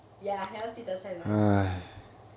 ya 还要记得塞那里